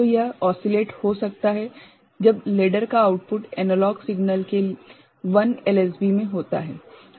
तो यह ओस्सिलेट हो सकता है जब लेडर का आउटपुट एनालॉग सिग्नल के 1 एलएसबी में होता है